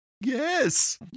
Yes